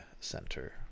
Center